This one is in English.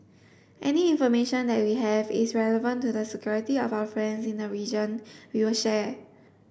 any information that we have is relevant to the security of our friends in the region we will share